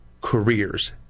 careers